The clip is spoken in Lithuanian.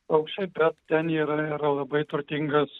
paukščiai bet ten yra ir labai turtingas